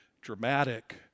dramatic